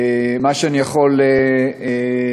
מה שאני יכול לומר,